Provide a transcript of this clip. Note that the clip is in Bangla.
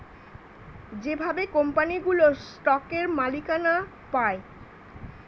যেভাবে কোম্পানিগুলো স্টকের মালিকানা পায়